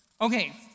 Okay